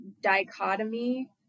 dichotomy